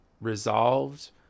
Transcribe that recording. resolved